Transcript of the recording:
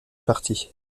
parti